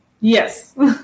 Yes